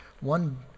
One